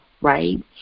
right